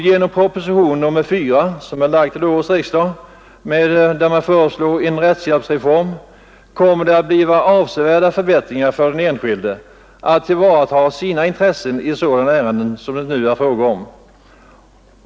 Genom proposition nr 4 vid årets riksdag med förslag till en rättshjälpsreform kommer det att bli avsevärt förbättrade möjligheter för den enskilde att tillvarata sina intressen i sådana ärenden som det nu är fråga om.